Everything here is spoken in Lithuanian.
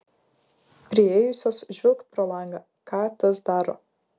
priėjusios žvilgt pro langą ką tas daro